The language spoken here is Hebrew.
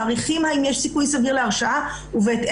מעריכים אם יש סיכוי סביר להרשעה ובהתאם